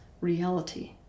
reality